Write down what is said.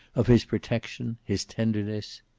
of his protection, his tenderness.